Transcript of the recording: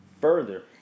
Further